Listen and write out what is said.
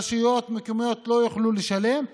רשויות מקומיות לא יוכלו לשלם,